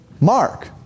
Mark